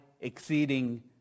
exceeding